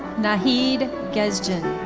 nahid gesjin.